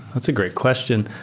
that's a great question.